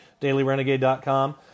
DailyRenegade.com